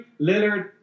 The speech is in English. Lillard